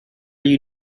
you